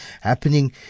happening